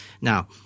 Now